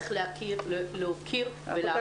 צריך להוקיר ולהעריך.